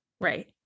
Right